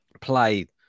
play